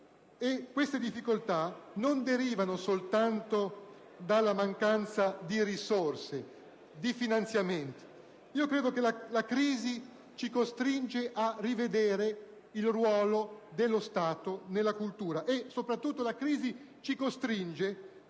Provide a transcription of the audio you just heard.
Queste difficoltà non derivano soltanto dalla mancanza di risorse, di finanziamenti. Credo che la crisi ci costringa a rivedere il ruolo dello Stato nella cultura e soprattutto a ridurre innanzitutto